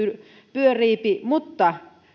pyöriipi mutta